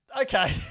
Okay